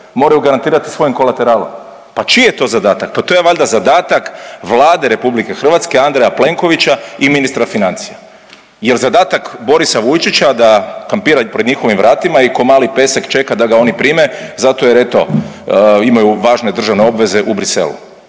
moraju garantirati svojom kolateralom. Pa čiji je to zadatak? Pa to je valjda zadatak Vlade Republike Hrvatske, Andreja Plenkovića i ministra financija. Jel' zadatak Borisa Vujčića da kampira pred njihovim vratima i ko mali pesek čeka da ga oni prime, zato jer eto imaju važne državne obveze u Bruxellesu.